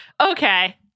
Okay